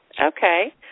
Okay